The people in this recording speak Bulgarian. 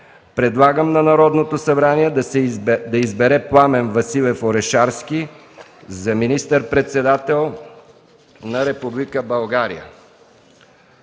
предлагам на Народното събрание да избере Пламен Василев Орешарски за министър-председател на Република България”.